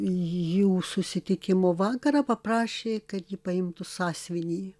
jų susitikimo vakarą paprašė kad ji paimtų sąsiuvinį